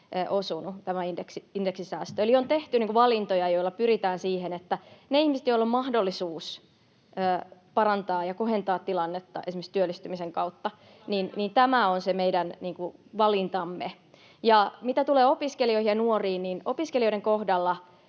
yksinhuoltajille osunut. Eli on tehty valintoja, jotka pyritään kohdentamaan niihin ihmisiin, joilla on mahdollisuus parantaa ja kohentaa tilannettaan esimerkiksi työllistymisen kautta — tämä on se meidän valintamme. Mitä tulee opiskelijoihin ja nuoriin, niin opiskelijoiden kohdalla